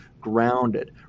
grounded